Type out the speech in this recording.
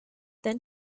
then